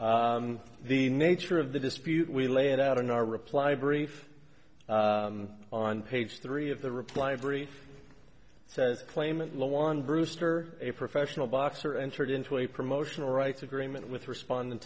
d the nature of the dispute we lay it out in our reply brief on page three of the reply brief says claimant low on brewster a professional boxer entered into a promotional rights agreement with respond